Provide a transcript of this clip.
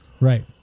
Right